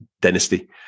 dynasty